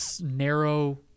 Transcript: narrow